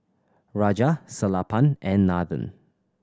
Raja Sellapan and Nathan